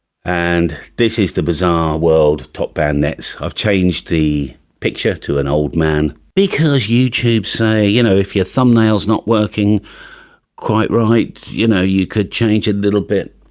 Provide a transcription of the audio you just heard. and this is the bizarre world top band nets i've changed the picture to an old man because youtube say you know, if your thumbnail's not working quite right, you know you could change a and little bit.